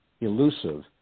elusive